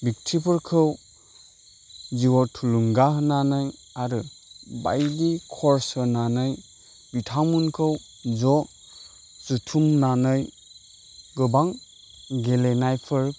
बिगथिफोरखौ जिउआव थुलुंगा होनानै आरो बायदि खर्स होनानै बिथांमोनखौ ज' जथुमनानै गोबां गेलेनायफोर